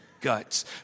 guts